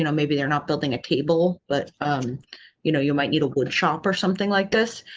you know maybe they're not building a table, but um you know you might need a wood shop or something like this.